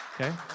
Okay